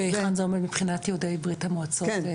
והיכן זה עומד מבחינת יהודי ברית המועצות.